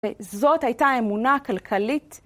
וזאת הייתה אמונה כלכלית.